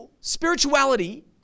spirituality